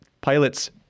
pilots